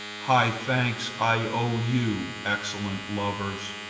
high thanks i owe you, excellent lovers,